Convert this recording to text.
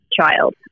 child